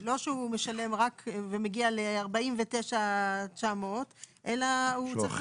לא שהוא משלם רק ומגיע ל-49,000 אלא צריך